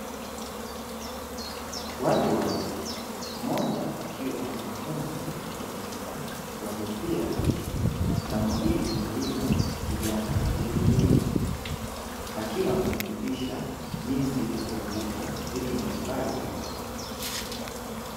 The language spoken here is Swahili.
Watu wawili, mmoja akiwa mwanafunzi mtu mzima wa jinsia ya kike na mwingine mwalimu kijana, aliyevalia nguo nyeusi. Akiwa anamfundisha jinsi ya kuandika vitu mbalimbali juu ya ubao.